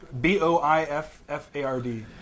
B-O-I-F-F-A-R-D